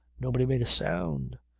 nobody made a sound.